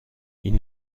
ils